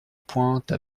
pointe